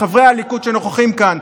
לחברי הליכוד שנוכחים כאן,